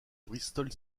bristol